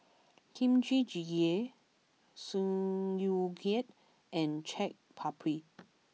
Kimchi Jjigae Sauerkraut and Chaat Papri